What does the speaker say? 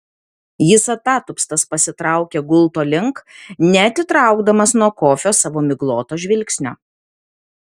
jis atatupstas pasitraukė gulto link neatitraukdamas nuo kofio savo migloto žvilgsnio